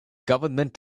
government